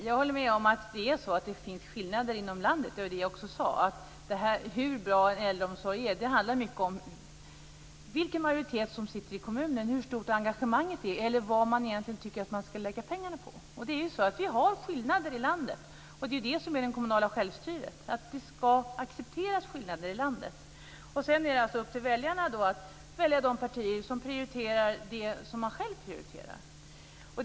Herr talman! Jag håller med om att det finns skillnader inom landet. Det var det jag sade. Hur bra en äldreomsorg är handlar mycket om vilken majoritet som sitter i kommunen, hur stort engagemanget är eller vad man egentligen tycker att man ska lägga pengarna på. Vi har skillnader i landet. Det är det som är det kommunala självstyret. Det ska accepteras skillnader i landet. Sedan är det upp till väljarna att välja de partier som prioriterar det som man själv prioriterar.